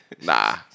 Nah